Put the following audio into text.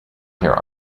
here